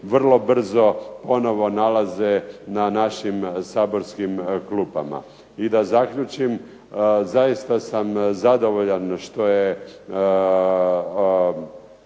vrlo brzo ponovo nalaze na našim saborskim klupama. I da zaključim, zaista sam zadovoljan što je